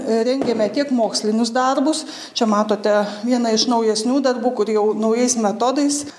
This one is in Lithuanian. rengiame tiek mokslinius darbus čia matote vieną iš naujesnių darbų kur jau naujais metodais